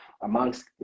amongst